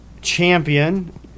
champion